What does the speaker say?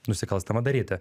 nusikalstamą daryti